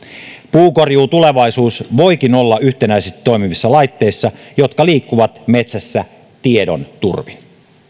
puunkorjuun tulevaisuus voikin olla yhtenäisesti toimivissa laitteissa jotka liikkuvat metsässä tiedon turvin